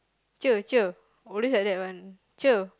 cher cher always like that [one] cher